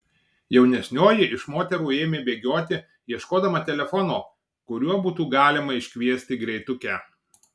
jaunesnioji iš moterų ėmė bėgioti ieškodama telefono kuriuo būtų galima iškviesti greitukę